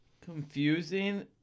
confusing